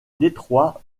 détroit